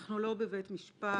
אנחנו לא בבית משפט.